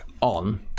on